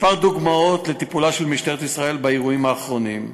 כמה דוגמאות לטיפולה של משטרת ישראל באירועים האחרונים: